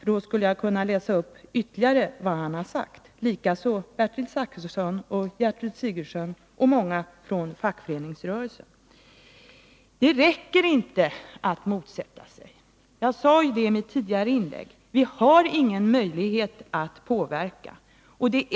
Jag skulle kunna läsa upp vad han, Bertil Zachrisson, Gertrud Sigurdsen och många från fackföreningsrörelsen har sagt i denna fråga. Det räcker inte med att motsätta sig. Jag sade i mitt tidigare inlägg att vi inte har någon möjlighet att påverka.